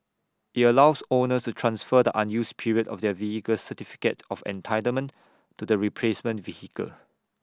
IT allows owners to transfer the unused period of their vehicle's certificate of entitlement to the replacement vehicle